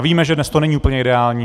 Víme, že dnes to není úplně ideální.